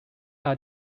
are